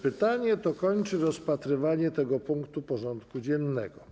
Pytanie to kończy rozpatrywanie tego punktu porządku dziennego.